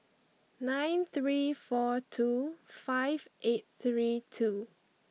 nine three four two five eight three two